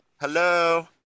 Hello